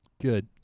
Good